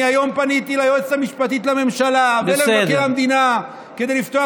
היום פניתי ליועצת המשפטית לממשלה ולמבקר המדינה כדי לפתוח